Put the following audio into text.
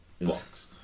box